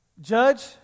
judge